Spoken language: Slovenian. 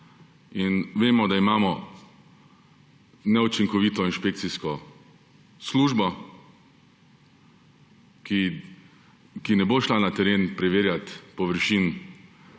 in vemo, da imamo neučinkovito inšpekcijsko službo, ki ne bo šla na teren preverjat površin